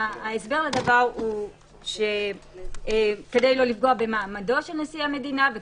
ההסבר לדבר הוא כדי לא לפגוע במעמדו של נשיא המדינה.